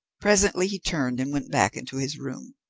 presently he turned and went back into his room.